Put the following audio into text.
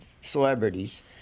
celebrities